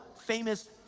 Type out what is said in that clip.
famous